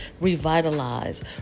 revitalize